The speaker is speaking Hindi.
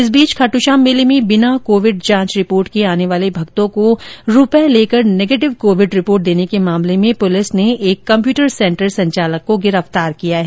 इस बीच खाटूश्याम मेले में बिना कोविङ जांच रिपोर्ट के आने वाले भक्तों को रूपए लेकर नेगेटिव कोविड रिपोर्ट देने के मामले में पुलिस ने एक कंप्यूटर सेंटर संचालक को गिरफ्तार किया है